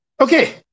Okay